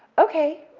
okay,